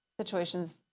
situations